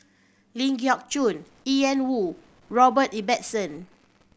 Ling Geok Choon Ian Woo Robert Ibbetson